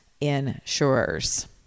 insurers